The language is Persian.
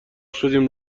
شدیم